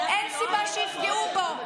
אין סיבה שיפגעו בו.